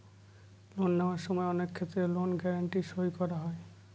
loan নেওয়ার সময় অনেক ক্ষেত্রে লোন গ্যারান্টি সই করা হয়